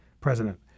president